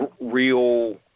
real